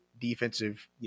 defensive